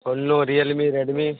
অন্য Realme Redmi